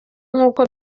nk’uko